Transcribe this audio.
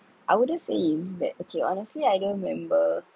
I wouldn't say it's that okay honestly I don't remember